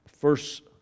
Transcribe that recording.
first